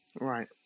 Right